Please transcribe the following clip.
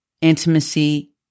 intimacy